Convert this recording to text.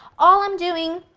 all i'm doing,